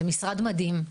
זה משרד מדהים,